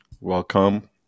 Welcome